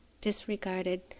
disregarded